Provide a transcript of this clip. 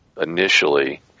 initially